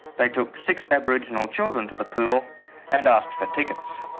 they took six aboriginal children to the pool and asked for tickets.